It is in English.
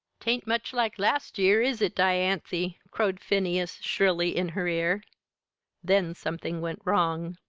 tain't much like last year, is it, dianthy? crowed phineas, shrilly, in her ear then something went wrong.